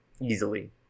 easily